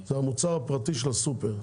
הם המוצר הפרטי של הסופר,